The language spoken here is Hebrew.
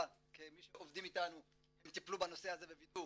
כמי שעובדים איתנו הם טיפלו בנושא הזה ווידאו